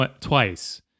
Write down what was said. twice